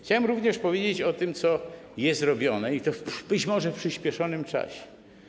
Chciałbym również powiedzieć o tym, co jest robione, i to być może w przyspieszonym czasie.